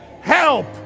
help